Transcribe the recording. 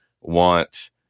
want